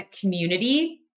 community